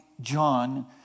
John